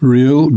Real